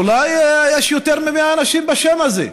אולי יש יותר מ-100 אנשים בשם הזה,